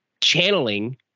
channeling